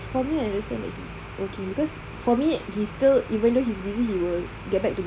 for me I understand that he's working because for me he still even though he's busy he will get back to me